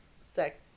sex